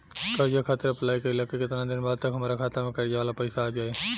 कर्जा खातिर अप्लाई कईला के केतना दिन बाद तक हमरा खाता मे कर्जा वाला पैसा आ जायी?